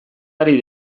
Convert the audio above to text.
ari